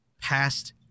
past